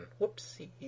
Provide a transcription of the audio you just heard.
whoopsie